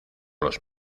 los